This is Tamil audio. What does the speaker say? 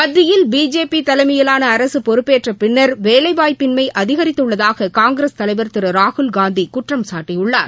மத்தியில் பிஜேபி தலைமையிலாள அரசு பொறுப்பேற்றப் பின்னர் வேலைவாய்ப்பின்மை அதிகரித்துள்ளதாக காங்கிரஸ் தலைவர் திரு ராகுல் காந்தி குற்றம்சாட்டியுள்ளார்